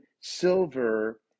silver